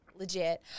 legit